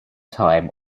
time